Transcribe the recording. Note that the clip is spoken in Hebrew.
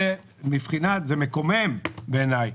זה מקומם בעיניי,